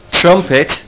trumpet